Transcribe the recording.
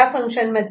C' B